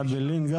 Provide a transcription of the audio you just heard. גם באעבלין.